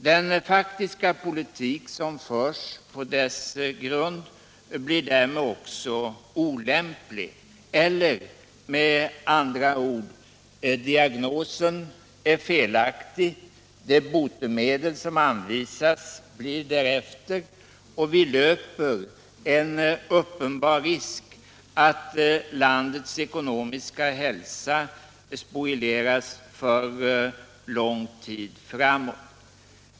Den faktiska politik som förs på dess grund blir därmed också olämplig. Eller med andra ord: diagnosen är felaktig, det botemedel som anvisas blir därefter och vi löper en uppenbar risk att landets ekonomiska hälsa spolieras för lång tid framåt.